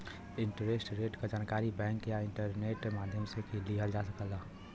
interest rate क जानकारी bank या इंटरनेट माध्यम से लिहल जा सकला